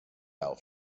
out